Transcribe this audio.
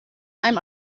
einem